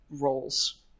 roles